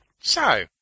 So